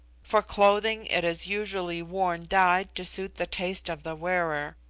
for clothing it is usually worn dyed to suit the taste of the wearer.